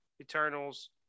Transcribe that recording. eternals